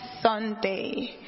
Sunday